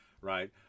Right